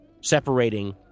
separating